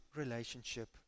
relationship